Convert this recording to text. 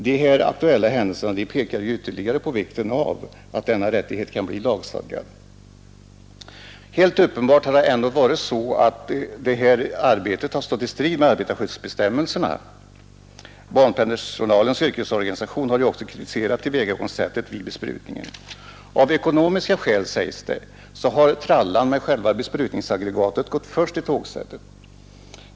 De här aktuella händelserna pekar ju ytterligare på vikten av att denna rättighet blir lagstadgad. Helt uppenbart har det ändå varit så att detta arbete stått i strid med arbetarskyddsbestämmelserna. Banpersonalens yrkesorganisation har ju också kritiserat tillvägagångssättet vid besprutningen. Av ekonomiska skäl, sägs det, har trallan med själva besprutningsaggregatet gått först i tågsättet.